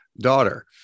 daughter